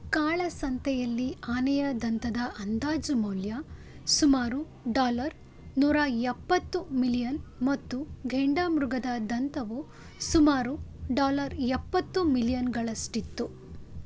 ಕಾಳಸಂತೆಯಲ್ಲಿ ಆನೆಯ ದಂತದ ಅಂದಾಜು ಮೌಲ್ಯ ಸುಮಾರು ಡಾಲರ್ ನೂರ ಎಪ್ಪತ್ತು ಮಿಲಿಯನ್ ಮತ್ತು ಘೇಂಡಾಮೃಗದ ದಂತವು ಸುಮಾರು ಡಾಲರ್ ಎಪ್ಪತ್ತು ಮಿಲಿಯನ್ಗಳಷ್ಟಿತ್ತು